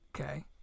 Okay